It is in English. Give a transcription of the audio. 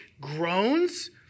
groans